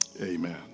Amen